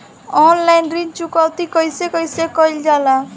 Online ऋण चुकौती कइसे कइसे कइल जाला?